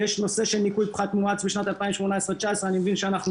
יש נושא של ניכוי פחת מואץ בשנת 2019-2018. אני מבין שאנחנו